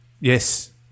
Yes